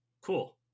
cool